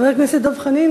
חבר הכנסת דב חנין,